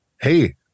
Hey